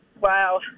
Wow